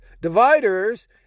dividers